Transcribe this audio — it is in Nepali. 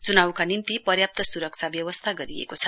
च्नाउका निम्ति पर्याप्त सुरक्षा व्यवस्था गरिएको छ